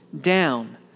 down